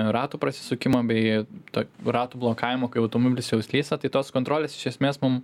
ratų prasisukimą bei to ratų blokavimo kai automobilis jau slysta tai tos kontrolės iš esmės mum